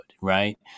right